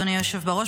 אדוני היושב-ראש,